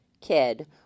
kid